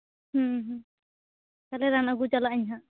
ᱦᱩᱸ ᱦᱩᱸ ᱛᱟᱦᱚᱞᱮ ᱨᱟᱱ ᱟᱹᱜᱩ ᱪᱟᱞᱟᱜ ᱟᱹᱧ ᱦᱟᱸᱜ